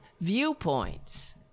viewpoints